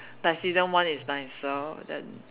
like season one is nicer than